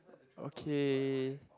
okay